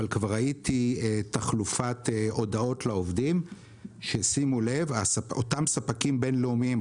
אבל כבר ראיתי תחלופת הודעות לעובדים מאותם ספקים ויצרנים בין לאומיים,